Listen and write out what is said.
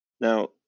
Now